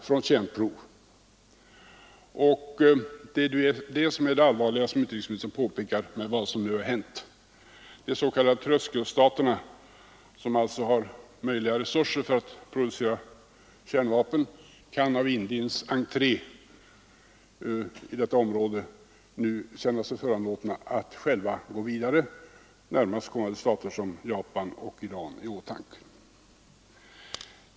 Det allvarliga med vad som nu har hänt är, som utrikesministern påpekat, att en ny stat har gjort prov. De s.k. tröskelstaterna, som alltså har resurser att producera kärnvapen, kan av Indiens entré på detta område nu känna sig föranlåtna att själva gå vidare, närmast sådana stater som Japan och Iran.